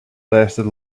lasted